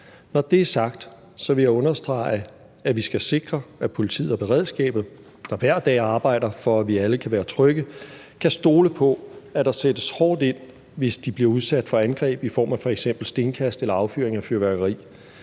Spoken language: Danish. Når det er sagt, vil jeg understrege, at vi skal sikre, at politiet og beredskabet, der hver dag arbejder for, at vi alle kan være trygge, kan stole på, at der sættes hårdt ind, hvis de bliver udsat for angreb i form af f.eks. stenkast eller affyring af fyrværkeri.